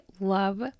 love